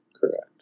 Correct